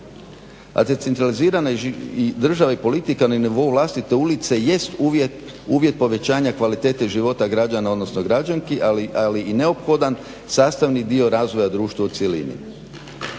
A decentralizirana država i politika na nivou vlastite ulice jest uvjet povećanja kvalitete života građana, odnosno građanki, ali i neophodan sastavni dio razvoja društva u cjelini.